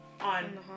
on